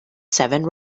seven